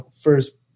first